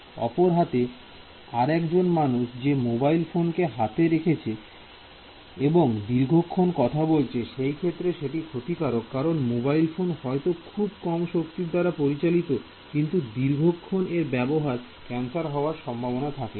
অপর হাতে আর একজন মানুষ যে মোবাইল ফোনকে হাতে রেখেছে এবং দীর্ঘক্ষন কথা বলছে সেই ক্ষেত্রে সেটি ক্ষতিকারক কারণ মোবাইল ফোন হয়তো খুব কম শক্তির দ্বারা পরিচালিত কিন্তু দীর্ঘক্ষন তার ব্যবহারে ক্যান্সার হওয়ার সম্ভাবনা থাকে